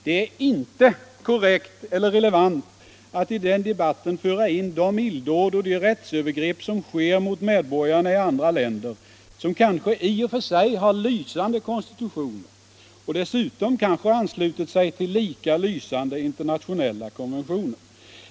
Det är inte korrekt eller relevant att i den debatten föra in de illdåd och de rättsövergrepp som sker mot medborgarna i andra länder, som kanske i och för sig har lysande konstitutioner och som dessutom kanske anslutit sig till lika lysande internationella konventioner.